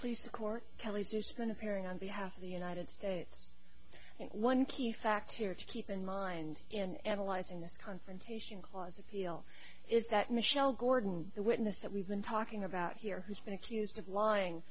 please the court kelly's dissent appearing on behalf of the united states and one key factor to keep in mind in analyzing this confrontation clause appeal is that michelle gordon the witness that we've been talking about here who's been accused of lying